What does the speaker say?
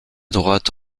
droite